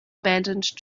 abandoned